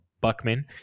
Buckman